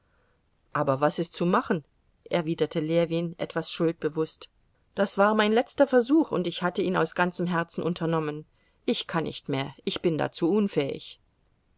aber was ist zu machen erwiderte ljewin etwas schuldbewußt das war mein letzter versuch und ich hatte ihn aus ganzem herzen unternommen ich kann nicht mehr ich bin dazu unfähig